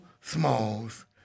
Smalls